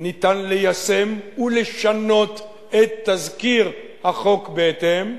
ניתן ליישם ולשנות את תזכיר החוק בהתאם,